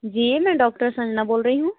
जी मैं डॉक्टर संजना बोल रही हूँ